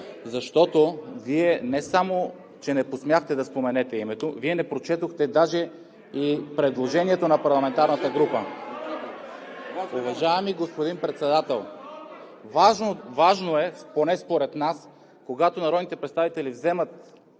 защото Вие не само че не посмяхте да споменете името, но даже не прочетохте предложението на парламентарната група. (Шум и реплики.) Уважаеми господин Председател, важно е, поне според нас, когато народните представители вземат